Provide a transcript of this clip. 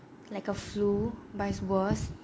like a flu but it's worse